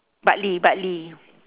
bartley bartley